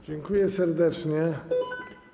Dziękuję serdecznie.